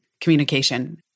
communication